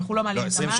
אנחנו לא מעלים את המס.